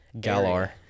Galar